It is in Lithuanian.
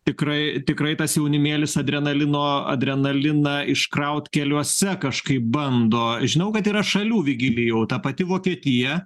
tikrai tikrai tas jaunimėlis adrenalino adrenaliną iškraut keliuose kažkaip bando žinau kad yra šalių vigilijau ta pati vokietija